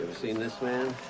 seen this man?